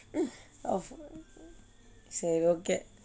of so